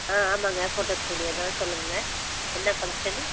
ஆ ஆமாங்க photo studio தான் சொல்லுங்கங்க என்ன ஃபங்க்ஷனு